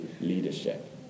leadership